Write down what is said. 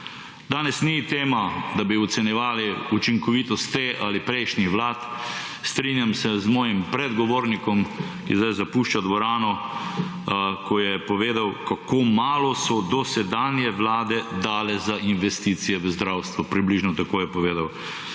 Danes ni tema, da bi ocenjevali učinkovitost te ali prejšnjih vlad. Strinjam se z mojim predgovornikom, ki zdaj zapušča dvorano, ko je povedal, kako malo so dosedanje vlade dale za investicije v zdravstvu. Približno tako je povedal.